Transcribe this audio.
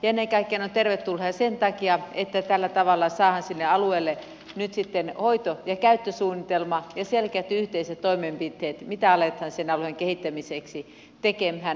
ennen kaikkea ne ovat tervetulleita sen takia että tällä tavalla saadaan sinne alueelle nyt sitten hoito ja käyttösuunnitelma ja selkeät yhteiset toimenpiteet mitä aletaan sen alueen kehittämiseksi tekemään